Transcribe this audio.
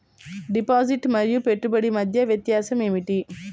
Deposit మరియు పెట్టుబడి మధ్య వ్యత్యాసం ఏమిటీ?